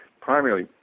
primarily